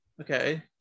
Okay